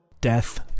death